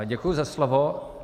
Děkuji za slovo.